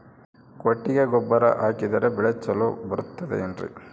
ಕೊಟ್ಟಿಗೆ ಗೊಬ್ಬರ ಹಾಕಿದರೆ ಬೆಳೆ ಚೊಲೊ ಬರುತ್ತದೆ ಏನ್ರಿ?